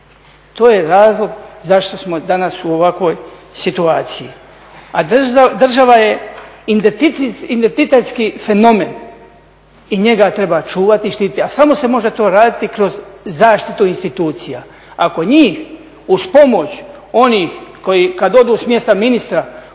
To je razlog zašto smo danas u ovakvoj situaciji. A država je identitetski fenomen i njega treba čuvati i štiti a samo se može to raditi kroz zaštitu institucija. Ako njih uz pomoć onih koji kada odu s mjesta ministra